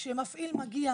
כשמפעיל מגיע